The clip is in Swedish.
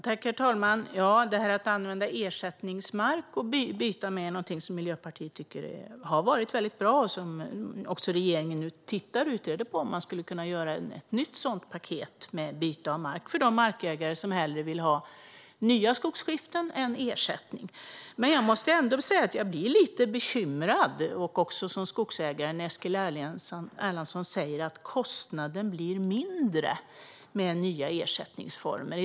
Herr talman! Att använda ersättningsmark för att byta mark är någonting som Miljöpartiet tycker har varit mycket bra, och regeringen utreder nu om man skulle kunna göra ett nytt sådant paket med byte av mark för de markägare som hellre vill ha nya skogsskiften än ersättning. Jag måste säga att jag ändå blir lite bekymrad, också som skogsägare, när Eskil Erlandsson säger att kostnaden blir mindre med nya ersättningsformer.